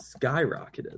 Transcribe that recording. skyrocketed